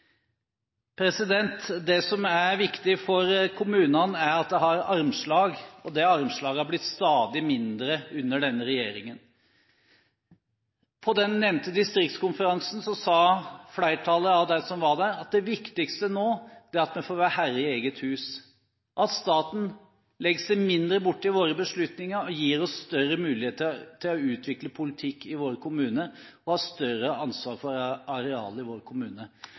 Det som er viktig for kommunene, er at de har armslag. Det armslaget har blitt stadig mindre under denne regjeringen. På den nevnte distriktskonferansen sa flertallet av dem som var der, at det viktigste nå er at vi får være herre i eget hus, at staten legger seg mindre borti våre beslutninger og gir oss større muligheter til å utvikle politikk i vår kommune og ha større ansvar for arealet i vår kommune.